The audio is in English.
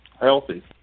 healthy